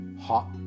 hot